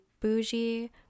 bougie